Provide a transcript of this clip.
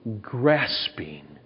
grasping